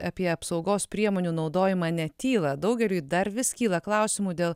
apie apsaugos priemonių naudojimą netyla daugeliui dar vis kyla klausimų dėl